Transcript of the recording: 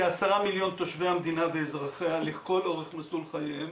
כעשרה מיליון תושבי המדינה ואזרחיה לכל אורך מסלול חייהם,